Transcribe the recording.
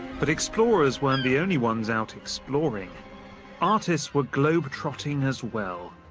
but explorers weren't the only ones out exploring artists were globetrotting as well.